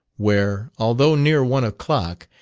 where, although near one o'clock,